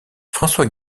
françois